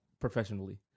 professionally